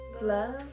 love